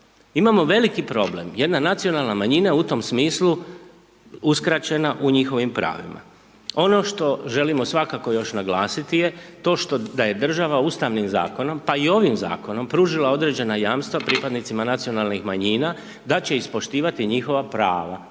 imamo veliki problem, jedna nacionalna manjina u tom smislu je uskraćena u njihovima pravima. Ono što želimo svakako još naglasiti je, to što, da je država Ustavnim zakonom, pa i ovim Zakonom pružila određena jamstva pripadnicima nacionalnih manjina, da će ispoštivati njihova prava